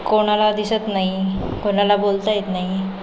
कोणाला दिसत नाही कोणाला बोलता येत नाही